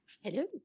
Hello